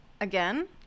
Again